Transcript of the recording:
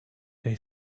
they